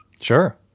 sure